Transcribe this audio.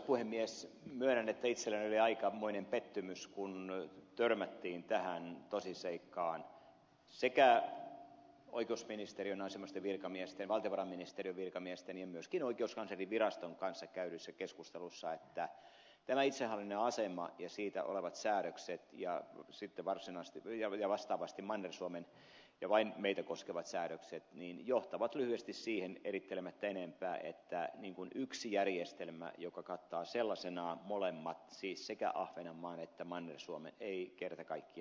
myönnän että itselleni oli aikamoinen pettymys kun törmättiin tähän tosiseikkaan oikeusministeriön asianomaisten virkamiesten valtiovarainministeriön virkamiesten ja myöskin oikeuskanslerinviraston kanssa käydyissä keskusteluissa että tämä itsehallinnollinen asema ja siitä olevat säädökset ja vastaavasti manner suomen ja vain meitä koskevat säädökset johtavat lyhyesti sanottuna siihen erittelemättä enempää että yksi järjestelmä joka kattaa sellaisenaan molemmat siis sekä ahvenanmaan että manner suomen ei kerta kaikkiaan käy